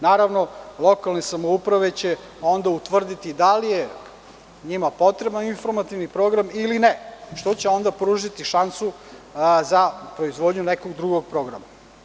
Naravno, lokalne samouprave će onda utvrditi da li je njima potreban informativni program ili ne, što je onda pružiti šansu za proizvodnju nekog drugog programa.